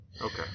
Okay